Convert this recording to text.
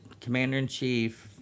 Commander-in-Chief